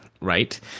Right